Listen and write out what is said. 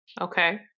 Okay